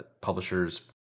publishers